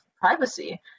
privacy